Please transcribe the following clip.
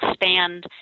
expand